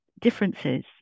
differences